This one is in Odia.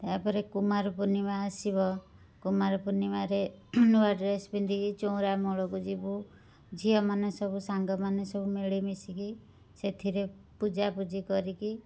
ତାପରେ କୁମାରପୂର୍ଣ୍ଣିମା ଆସିବ କୁମାରପୂର୍ଣ୍ଣିମାରେ ନୂଆ ଡ୍ରେସ୍ ପିନ୍ଧିକି ଚଉଁରା ମୂଳକୁ ଯିବୁ ଝିଅମାନେ ସବୁ ସାଙ୍ଗମାନେ ସବୁ ମିଳିମିଶିକି ସେଥିରେ ପୂଜାପୂଜି କରିକି